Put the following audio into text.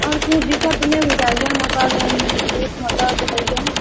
आओर कोनो दिक्कति तऽ नहि बुझाइए मगर पेटमे दर्द से होइए